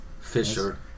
Fisher